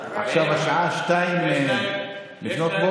עכשיו השעה 02:00. זה חינוך,